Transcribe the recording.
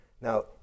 Now